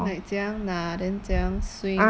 like 怎样拿 then 怎样 swing